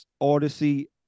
Odyssey